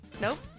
Nope